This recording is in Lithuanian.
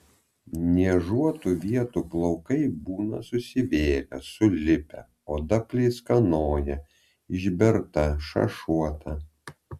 niežuotų vietų plaukai būna susivėlę sulipę oda pleiskanoja išberta šašuota